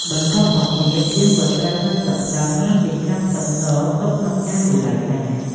បន្ទាប់មកទៀត យើងក៏ត្រូវហាន់ស្លឹកខ្ទឹម និងចិញ្ច្រាំខ្ទឹមសទុកក្នុងចានមួយឡែកដែរ។